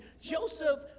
Joseph